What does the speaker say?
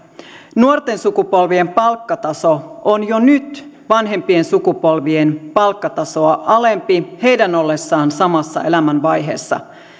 nuorten sukupolvien palkkataso on jo nyt vanhempien sukupolvien palkkatasoa alempi näiden ollessa samassa elämänvaiheessa